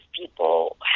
people